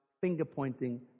finger-pointing